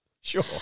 Sure